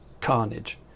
carnage